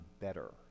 better